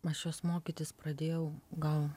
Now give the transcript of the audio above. aš jos mokytis pradėjau gal